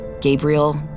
Gabriel